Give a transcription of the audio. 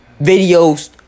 videos